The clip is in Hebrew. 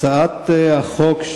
הצעת החוק,